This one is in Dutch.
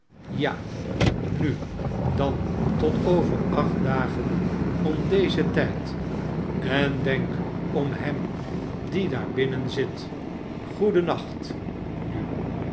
sja nu dan tot over acht dagen om dezen tijd en denk om hem die daar binnen zit goeden nacht nu